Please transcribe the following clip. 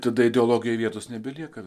tada ideologijai vietos nebelieka